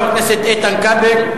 חבר הכנסת איתן כבל.